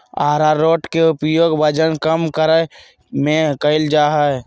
आरारोट के उपयोग वजन कम करय में कइल जा हइ